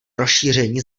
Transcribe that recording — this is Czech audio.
rozšíření